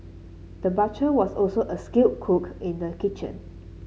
the butcher was also a skilled cook in the kitchen